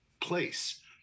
place